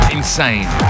insane